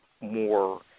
more